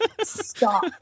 stop